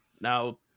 now